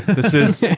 this is